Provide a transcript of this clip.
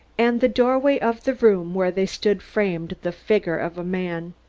and the doorway of the room where they stood framed the figure of a man.